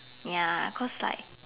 ya cause like